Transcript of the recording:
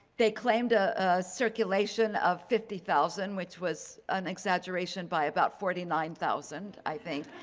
they claimed a circulation of fifty thousand, which was an exaggeration by about forty nine thousand i think.